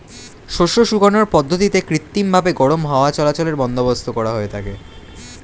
শস্য শুকানোর পদ্ধতিতে কৃত্রিমভাবে গরম হাওয়া চলাচলের বন্দোবস্ত করা হয়ে থাকে